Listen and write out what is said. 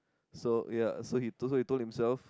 so ya so he told he told himself